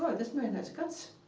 ah this man has guts.